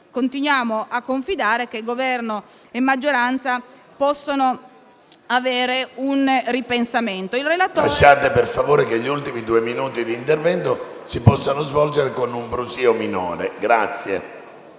continuiamo a confidare nel fatto che il Governo e la maggioranza possano avere un ripensamento.